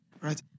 Right